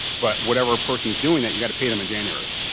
but whatever person is doing that you got to pay them in january,